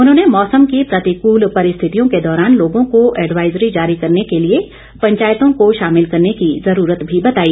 उन्होंने मौसम की प्रतिक्ल परिस्थितियों के दौरान लोगों को एडवाइजरी जारी करने के लिए पंचायतों को शामिल करने की जरूरत भी बताई